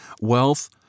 Wealth